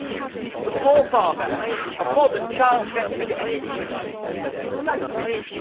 the forefather of modern child-centered education and the romantics,